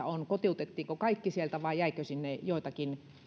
on kotiutettiinko kaikki sieltä vai jäikö sinne joitakin